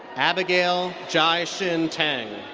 abigail jia-shin teng.